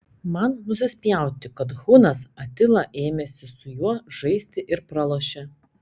man nusispjauti kad hunas atila ėmėsi su juo žaisti ir pralošė